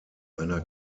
einer